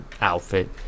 outfit